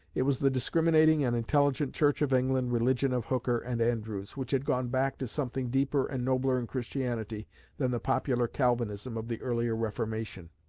it was the discriminating and intelligent church of england religion of hooker and andrewes, which had gone back to something deeper and nobler in christianity than the popular calvinism of the earlier reformation